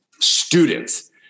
students